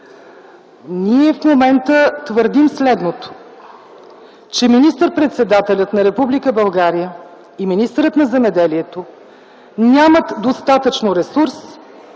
Ние в момента твърдим следното, че министър-председателят на Република България и министърът на земеделието нямат достатъчно ресурс,